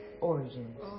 origins